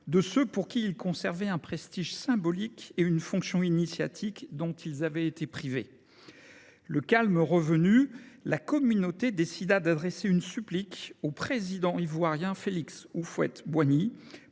de ceux pour qui il conservait un prestige symbolique et une fonction initiatique dont ils avaient été privés. Le calme revenu, la communauté décida d'adresser une supplique au président ivoirien Félix Oufuette-Boigny